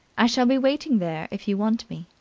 i shall be waiting there if you want me.